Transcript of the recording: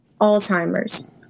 Alzheimer's